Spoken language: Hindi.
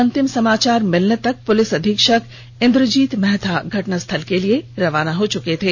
अंतिम समाचार मिलने तक पुलिस अधीक्षक इंद्रजीत महथा घटना स्थल के लिए हुए रवाना हो चुके थे